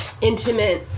intimate